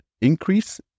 increase